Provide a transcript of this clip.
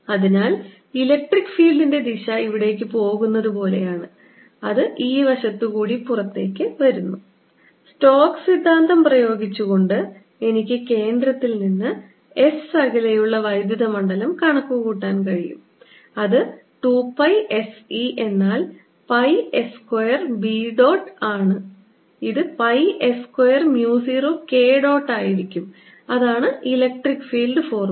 അതിനാൽ ഇലക്ട്രിക് ഫീൽഡിന്റെ ദിശ ഇവിടേക്ക് പോകുന്നത് പോലെയാണ് അത് ഈ വശത്ത് കൂടി പുറത്തേക്ക് വരുന്നു സ്റ്റോക്ക് സിദ്ധാന്തം പ്രയോഗിച്ചുകൊണ്ട് എനിക്ക് കേന്ദ്രത്തിൽ നിന്ന് S അകലെയുള്ള വൈദ്യുത മണ്ഡലം കണക്കുകൂട്ടാൻ കഴിയും അത് 2 പൈ S E എന്നാൽ pi S square B dot ആണ് ഇത് pi S square mu 0 K dot ആയിരിക്കും അതാണ് ഇലക്ട്രിക് ഫീൽഡ് ഫോർമുല